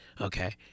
okay